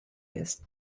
ist